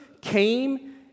Came